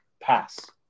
pass